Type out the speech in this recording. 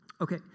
Okay